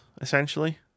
essentially